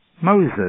Moses